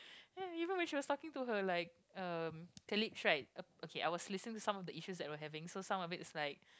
ya even when she was talking to her like um colleagues right okay I was listening to some of the issues that were having so some of it is like